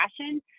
passion